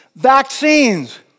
Vaccines